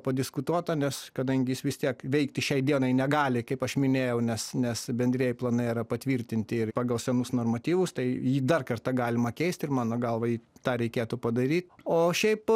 padiskutuota nes kadangi jis vis tiek veikti šiai dienai negali kaip aš minėjau nes nes bendrieji planai yra patvirtinti ir pagal senus normatyvus tai jį dar kartą galima keisti ir mano galvai tą reikėtų padaryt o šiaip